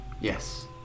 Yes